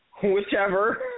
Whichever